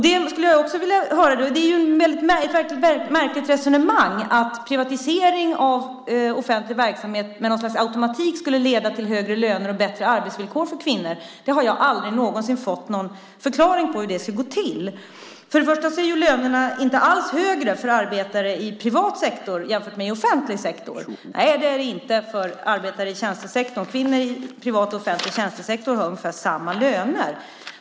Det är ett märkligt resonemang att privatisering av offentlig verksamhet med något slags automatik skulle leda till högre löner och bättre arbetsvillkor för kvinnor. Jag har aldrig någonsin fått en förklaring på hur det ska gå till. För det första är lönerna inte alls högre för arbetare i privat sektor jämfört med i offentlig sektor. : Jo.) Nej, det är de inte för arbetare i tjänstesektorn. Kvinnor i privat och offentlig tjänstesektor har ungefär samma löner.